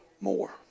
more